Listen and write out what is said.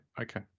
okay